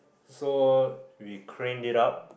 so we craned it up